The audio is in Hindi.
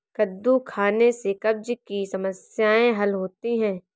कद्दू खाने से कब्ज़ की समस्याए हल होती है